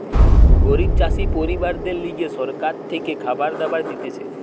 গরিব চাষি পরিবারদের লিগে সরকার থেকে খাবার দাবার দিতেছে